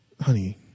Honey